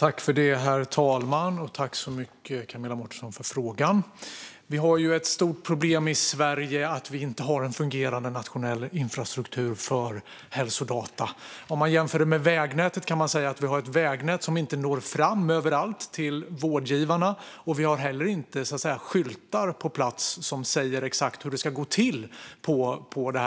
Herr talman! Jag tackar Camilla Mårtensen för frågan. Det finns ett stort problem i Sverige i att det inte finns en fungerande nationell infrastruktur för hälsodata. Om man jämför med vägnätet kan man säga att det finns ett vägnät som inte når fram överallt till vårdgivarna, och det finns inte heller skyltar på plats som säger exakt hur det ska gå till på